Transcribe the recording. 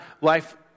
life